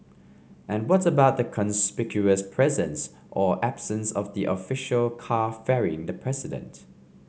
and what about the conspicuous presence or absence of the official car ferrying the president